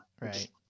Right